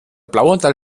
blauanteil